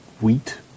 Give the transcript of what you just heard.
wheat